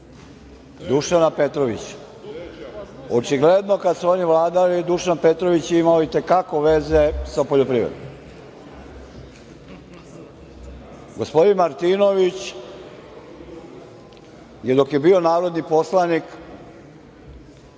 Dušana Petrovića. Očigledno kad su oni vladali, Dušan Petrović je imao i te kako veze sa poljoprivredom. Gospodin Martinović je dok je bio narodni poslanik,